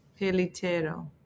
Pelitero